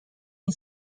این